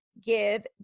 give